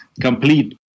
complete